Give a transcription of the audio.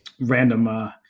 random –